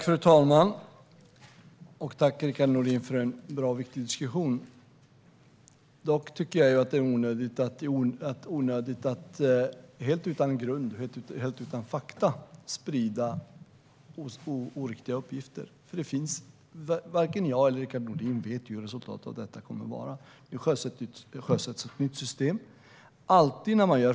Fru talman! Tack, Rickard Nordin, för en bra och viktig diskussion! Dock tycker jag att det är onödigt att helt utan grund och utan fakta sprida oriktiga uppgifter. Varken jag eller Rickard Nordin vet ju resultatet av hur detta kommer att bli. Nu sjösätts ett system.